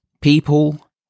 people